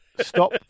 Stop